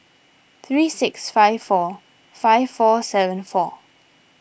three eight six four five four seven four